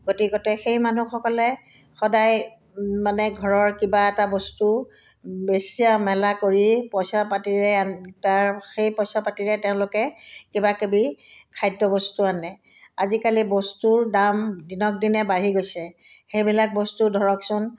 গতিকতে সেই মানুহসকলে সদায় মানে ঘৰৰ কিবা এটা বস্তু বেচা মেলা কৰি পইচা পাতিৰে আন তাৰ সেই পইচা পাতিৰে তেওঁলোকে কিবাকিবি খাদ্য বস্তু আনে আজিকালি বস্তুৰ দাম দিনক দিনে বাঢ়ি গৈছে সেইবিলাক বস্তু ধৰকচোন